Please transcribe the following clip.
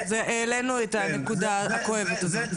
העלינו את הנקודה הכואבת הזאת.